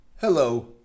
Hello